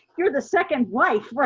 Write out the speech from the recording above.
you're the second wife,